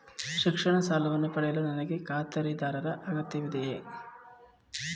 ಶಿಕ್ಷಣ ಸಾಲವನ್ನು ಪಡೆಯಲು ನನಗೆ ಖಾತರಿದಾರರ ಅಗತ್ಯವಿದೆಯೇ?